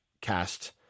cast